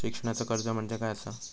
शिक्षणाचा कर्ज म्हणजे काय असा?